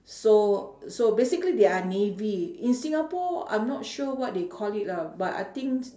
so so basically they are navy in singapore I'm not sure what they call it lah but I think